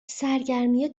سرگرمی